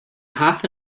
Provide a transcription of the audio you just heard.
half